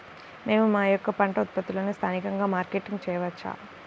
మేము మా యొక్క పంట ఉత్పత్తులని స్థానికంగా మార్కెటింగ్ చేయవచ్చా?